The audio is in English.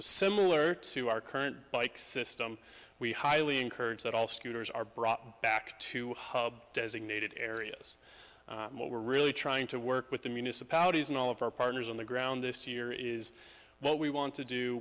similar to our current bike system we highly encourage that all scooters are brought back to designated areas and what we're really trying to work with the municipalities and all of our partners on the ground this year is what we want to do